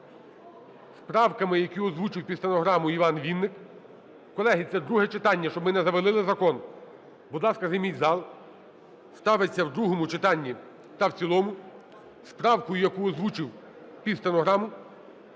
правками, які озвучив під стенограму ІванВінник. Колеги, це друге читання, щоб ми не завалили закон. Будь ласка, займіть зал. Ставиться в другому читанні та в цілому з правкою, яку озвучив під стенограму